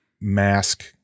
mask